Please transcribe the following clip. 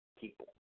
people